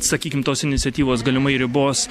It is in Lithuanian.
sakykim tos iniciatyvos galimai ribos